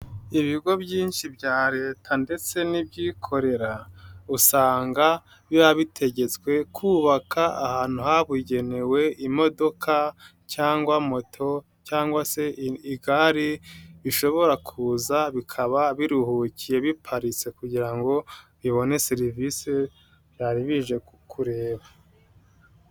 Ibigo byinshi bya leta ndetse n'ibyikorera usanga biba bitegetswe kubaka ahantu habugenewe imodoka cyangwa moto cyangwa se igare bishobora kuza bikaba biruhukiye biparitse kugira ngo bibone serivise byari bije kureba.